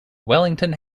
wellington